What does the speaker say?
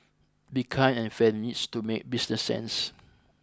being kind and fair needs to make business sense